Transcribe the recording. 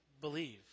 believe